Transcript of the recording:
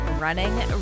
running